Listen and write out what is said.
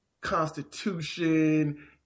constitution